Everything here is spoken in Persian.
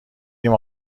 ریم